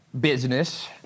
business